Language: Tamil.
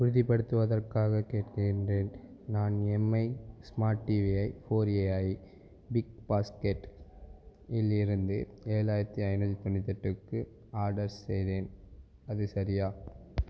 உறுதிப்படுத்துவதற்காக கேட்கின்றேன் நான் எம்ஐ ஸ்மார்ட் டிவியை ஃபோர் ஏஐ பிக்பாஸ்கெட் இலிருந்து ஏழாயிரத்தி ஐநூற்றி தொண்ணூற்றி எட்டுக்கு ஆர்டர் செய்தேன் அது சரியா